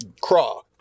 craw